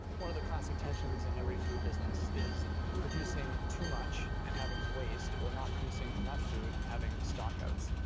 one of the classic tensions in every food business is producing too much, and having waste, or not producing enough food, and having stock outs.